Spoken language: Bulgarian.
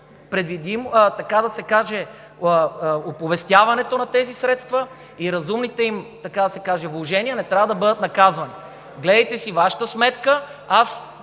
средствата, така да се каже, оповестяването на тези средства и разумните им вложения не трябва да бъдат наказвани. Гледайте си Вашата сметка.